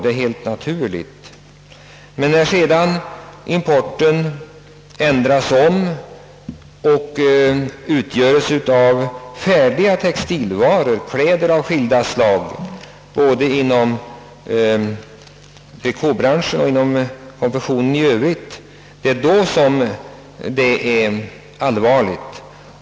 Det är helt naturligt. Men när importen ändras och omfattar färdiga textilvaror, d. v. s. kläder av olika slag såväl inom trikåbranschen sonr inom konfektionen i övrigt, börjar det bli allvarligt.